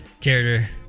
character